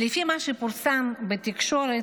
לפי מה שפורסם בתקשורת,